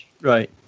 Right